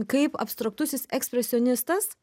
kaip abstraktusis ekspresionistas